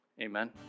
Amen